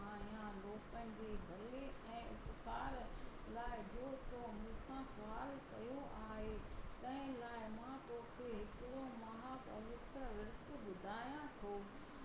आहियां लोकनि जे भले ऐं उपकार लाइ जो तो मूंखां सुवालु कयो आहे तंहिं लाइ मां तोखे हिकिड़ो महा पवित्र विर्तु ॿुधायां थो